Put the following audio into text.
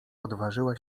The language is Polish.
odważyła